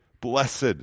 blessed